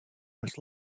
must